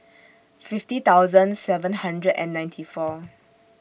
fifty thousand seven hundred and ninety four